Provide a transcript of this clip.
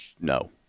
No